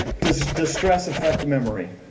does does stress affect memory?